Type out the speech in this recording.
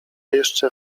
jeszcze